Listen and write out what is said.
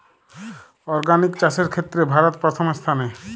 organic চাষের ক্ষেত্রে ভারত প্রথম স্থানে